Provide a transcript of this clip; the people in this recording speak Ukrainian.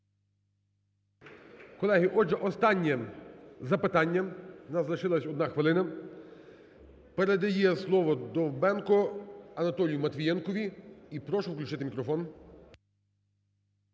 Колеги, отже, останнє запитання. В нас лишилася одна хвилина. Передає слово Довбенко Анатолію Матвієнкові. І прошу включити мікрофон.